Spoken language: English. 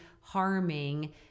harming